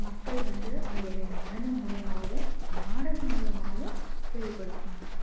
மக்கள் வந்து அவங்களுடைய நடனம் மூலமாகவும் நாடக மூலமாவும் வெளிப்படுத்துவாங்க